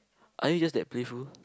are you just that playful